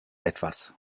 etwas